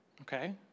okay